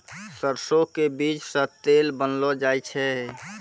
सरसों के बीज सॅ तेल बनैलो जाय छै